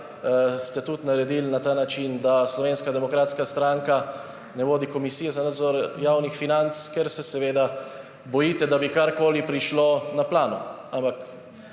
ste tudi naredili na ta način, da Slovenska demokratska stranka ne vodi Komisije za nadzor javnih financ, ker se seveda bojite, da bi karkoli prišlo na plano. Ampak